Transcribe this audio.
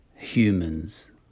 Humans